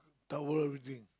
towel everything